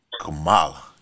Kamala